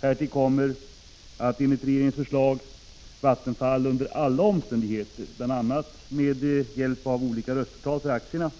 Härtill kommer att enligt regeringens förslag Vattenfall under alla omständigheter, bl.a. med hjälp av olika röstetal för aktierna,